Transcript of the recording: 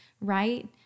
Right